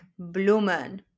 bloemen